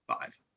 Five